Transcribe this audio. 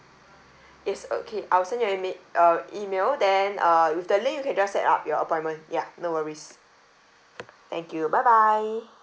it's okay I'll send you an ma~ uh email then uh with the link you can just set up your appointment ya no worries thank you bye bye